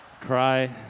Cry